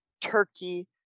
Turkey